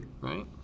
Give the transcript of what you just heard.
Right